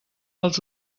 els